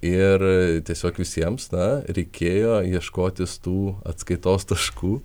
ir tiesiog visiems na reikėjo ieškotis tų atskaitos taškų